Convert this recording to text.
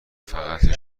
فقط